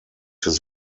his